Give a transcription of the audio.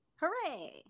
Hooray